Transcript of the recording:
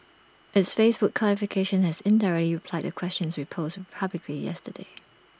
its Facebook clarification has indirectly replied the questions we posed publicly yesterday